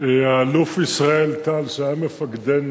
עם זה, דרך אגב.